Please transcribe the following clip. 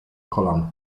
kolan